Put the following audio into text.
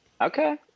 Okay